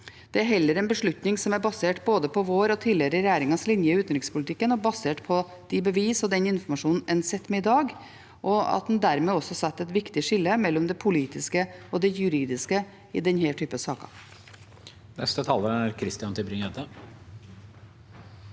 Det er en beslutning som heller er basert på vår og tidligere regjeringers linje i utenrikspolitikken, og basert på de beviser og den informasjonen en sitter på i dag, og at en dermed også setter et viktig skille mellom det politiske og det juridiske i denne typen saker.